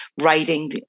writing